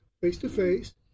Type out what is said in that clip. face-to-face